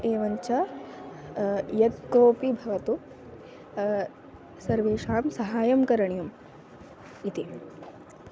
एवञ्च यत् कोपि भवतु सर्वेषां सहाय्यं करणीयम् इति